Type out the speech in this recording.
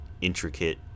intricate